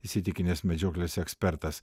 įsitikinęs medžioklės ekspertas